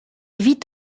vit